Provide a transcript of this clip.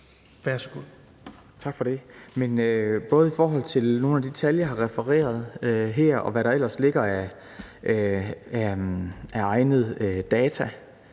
Tak for det.